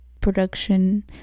production